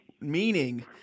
meaning